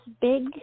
big